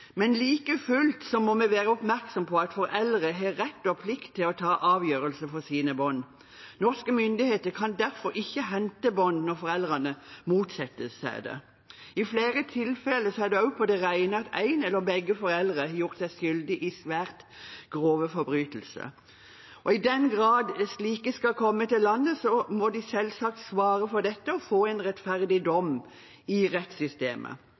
men like fullt må vi være oppmerksom på at foreldre har rett og plikt til å ta avgjørelser for sine barn. Norske myndigheter kan derfor ikke hente barn når foreldre motsetter seg det. I flere tilfeller er det også på det rene at en eller begge foreldre har gjort seg skyldig i svært grove forbrytelser. I den grad slike skal komme til landet, må de selvsagt svare for dette og få en rettferdig dom i rettssystemet.